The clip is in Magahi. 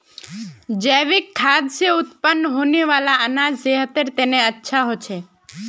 जैविक खाद से उत्पन्न होने वाला अनाज सेहतेर तने अच्छा होछे